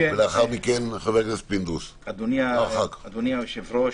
אדוני היושב-ראש,